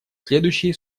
следующие